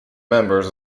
members